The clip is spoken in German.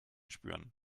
spüren